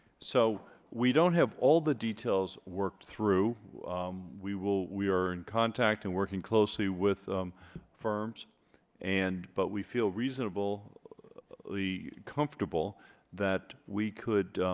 so we don't have all the details worked through we will we are in contact and working closely with firms and but we feel reasonably the comfortable that we could